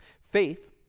Faith